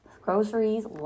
groceries